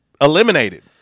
eliminated